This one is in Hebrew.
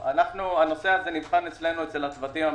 הנושא הזה נבחן אצלנו אצל הצוותים המקצועיים,